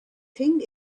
thing